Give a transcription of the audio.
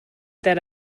that